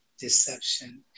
Deception